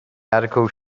article